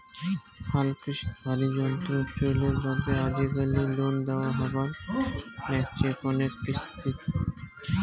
হালকৃষিত ভারী যন্ত্রর চইলের বাদে আজিকালি লোন দ্যাওয়া হবার নাইগচে কণেক কিস্তিত